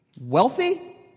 wealthy